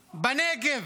בנגב,